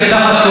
בסך הכול,